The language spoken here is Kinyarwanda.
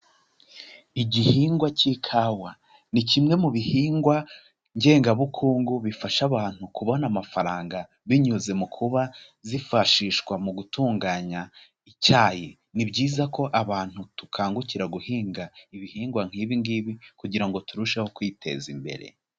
Igihingwa cy'ikawa ni kimwe mu bihingwa ngengabukungu bifasha abantu kubona amafaranga binyuze mu kuba zifashishwa mu gutunganya icyayi. Ni byiza ko abantu dukangukira guhinga ibihingwa nk'ibi ngibi kugira ngo turusheho kwiteza imbere.